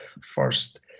first